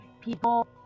people